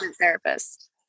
therapist